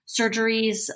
surgeries